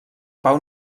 pau